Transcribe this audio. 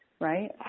right